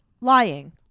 lying